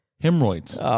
hemorrhoids